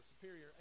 superior